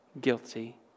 Guilty